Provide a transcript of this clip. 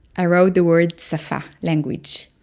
i wrote the word safa, language,